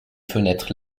fenêtres